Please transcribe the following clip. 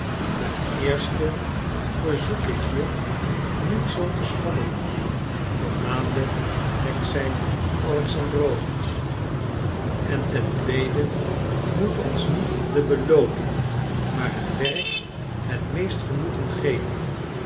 ten eerste verzoek ik je niet zoo te schommelen vermaande alexei alexandrowitsch en ten tweede moet ons niet de belooning maar het werk het meest genoegen geven